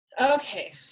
Okay